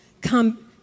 come